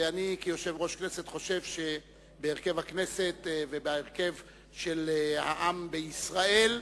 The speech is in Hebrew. כיושב-ראש הכנסת חושב שבהרכב הכנסת ובהרכב של העם בישראל,